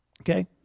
okay